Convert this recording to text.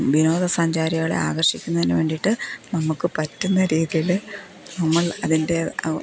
വിനോദസഞ്ചാരികളെ ആകർഷിക്കുന്നതിനു വേണ്ടിയിട്ട് നമുക്ക് പറ്റുന്ന രീതിയില് നമ്മൾ അതിൻ്റെ